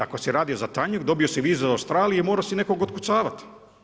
Ako si radio za TANJUG, dobio si vizu za Australiju i morao si nekoga otkucavati.